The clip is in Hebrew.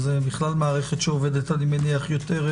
אז זה בכלל מערכת שעובדת יותר טוב.